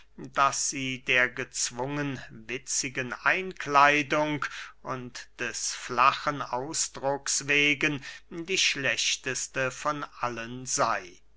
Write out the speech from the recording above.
daß sie der gezwungen witzigen einkleidung und des flachen ausdrucks wegen die schlechteste von allen sey